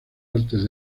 artes